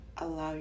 allow